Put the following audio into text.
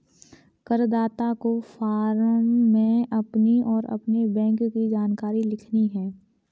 करदाता को फॉर्म में अपनी और अपने बैंक की जानकारी लिखनी है